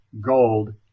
gold